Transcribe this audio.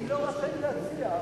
היא לא רשאית להציע.